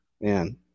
Man